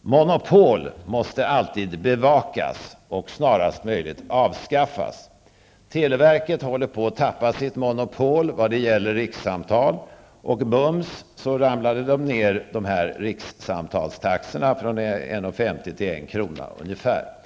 Monopol måste alltid bevakas och med det snaraste avskaffas. Televerket håller på att förlora sitt monopol vad gäller rikssamtal. Bums, ramlade rikssamtalsstaxorna ner från 1:50 kr. till ungefär en krona.